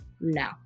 no